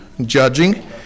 judging